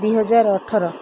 ଦୁଇହଜାର ଅଠର